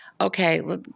okay